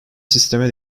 sisteme